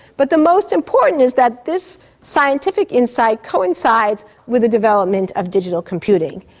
but the most important is that this scientific insight coincides with the development of digital computing.